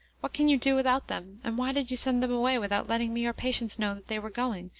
what can you do without them, and why did you send them away without letting me or patience know that they were going,